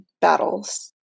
battles